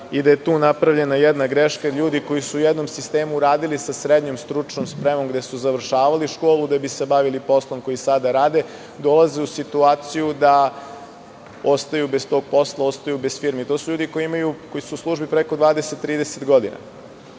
da je tu napravljena jedna greška. Naime, ljudi koji su u jednom sistemu radili sa srednjom stručnom spremom, gde su završavali školu da bi se bavili poslom koji sada rade, dolaze u situaciju da ostaju bez tog posla i ostaju bez firmi. To su ljudi koji su službi preko 20, 30 godina.